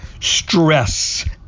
stress